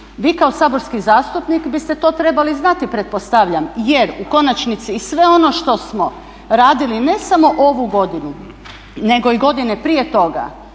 Vi kao saborski zastupnik biste to trebali znati pretpostavljam, jer u konačnici i sve ono što smo radili ne samo ovu godinu nego i godine prije toga